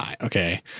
Okay